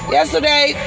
Yesterday